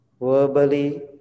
Verbally